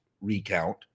recount